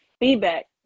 feedback